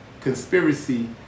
conspiracy